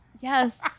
yes